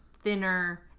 thinner